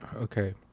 Okay